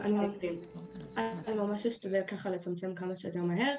אני אשתדל לצמצם כמה שיותר מהר.